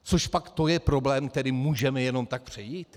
Cožpak to je problém, který můžeme jen tak přejít?